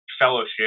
fellowship